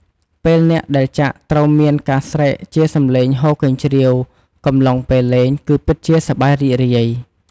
ពេលអ្នកដែលចាក់ត្រូវមានការស្រែកជាសំឡេងហ៊ោកញ្ជ្រៀវកំឡុងពេលលេង គឺពិតជាសប្បាយរីករាយ។